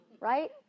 right